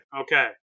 okay